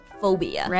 phobia